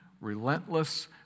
relentless